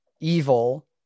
evil